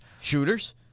Shooters